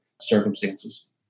circumstances